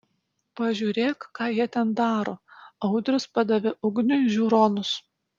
pažiūrėk ką jie ten daro audrius padavė ugniui žiūronus